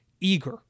eager